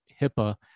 hipaa